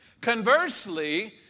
Conversely